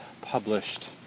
published